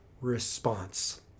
response